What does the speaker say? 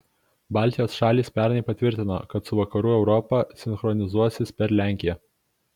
baltijos šalys pernai patvirtino kad su vakarų europa sinchronizuosis per lenkiją